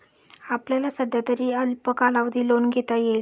आपल्याला सध्यातरी अल्प कालावधी लोन घेता येईल